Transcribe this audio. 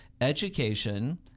education